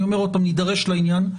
אני שוב אומר שאנחנו נידרש לעניין.